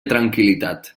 tranquil·litat